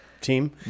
team